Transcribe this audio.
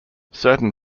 certain